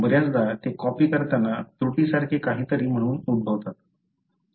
बर्याचदा ते कॉपी करताना त्रुटी सारखे काहीतरी म्हणून उद्भवतात